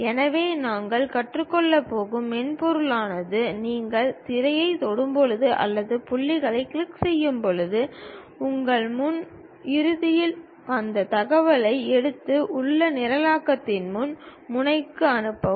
எனவே நாங்கள் கற்றுக்கொள்ளப் போகும் மென்பொருளானது நீங்கள் திரையைத் தொடும்போது அல்லது புள்ளியைக் கிளிக் செய்யும்போது உங்கள் முன் இறுதியில் அந்த தகவலை எடுத்து அந்த நிரலாக்கத்தின் பின் முனைக்கு அனுப்பவும்